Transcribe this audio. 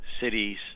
cities